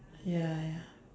ya ya